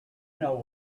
know